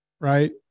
Right